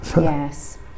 yes